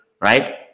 Right